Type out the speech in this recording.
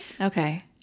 Okay